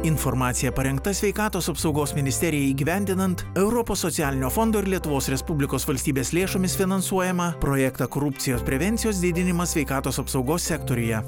informacija parengta sveikatos apsaugos ministerijai įgyvendinant europos socialinio fondo ir lietuvos respublikos valstybės lėšomis finansuojamą projektą korupcijos prevencijos didinimas sveikatos apsaugos sektoriuje